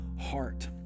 heart